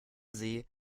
see